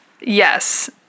Yes